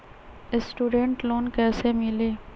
Student loan कैसे मिली?